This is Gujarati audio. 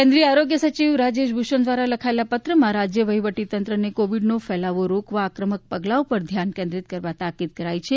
કેન્દ્રીય આરોગ્ય સચિવ રાજેશ ભૂષણ દ્વારા લખાયેલા પત્રમાં રાજ્ય વહીવટીતંત્રને કોવીડનો ફેલાવો રોકવા આક્રમક પગલાઓ પર ધ્યાન કેન્દ્રિત કરવા તાકીદ કરી છે